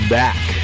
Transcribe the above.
back